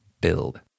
build